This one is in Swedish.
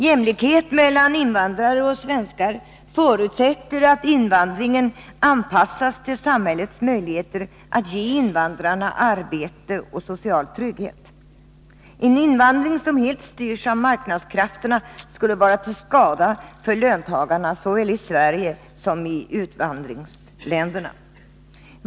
Jämlikhet mellan invandrare och svenskar förutsätter att invandringen anpassas till samhällets möjligheter att ge invandrarna arbete och social trygghet. En invandring som helt styrs av marknadskrafterna skulle vara till skada för löntagarna såväl i Sverige som i utvandringsländerna.